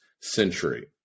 century